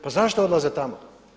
Pa zašto odlaze tamo?